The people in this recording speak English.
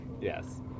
Yes